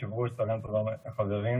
שורפים חיים את חיילינו,